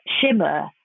Shimmer